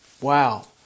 Wow